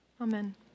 Amen